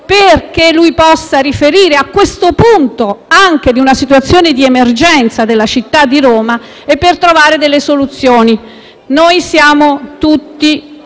perché lui possa riferire, a questo punto anche su una situazione di emergenza della città di Roma e per trovare delle soluzioni. Noi siamo tutti